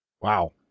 Wow